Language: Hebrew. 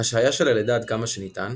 השהייה של הלידה עד כמה שניתן,